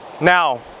Now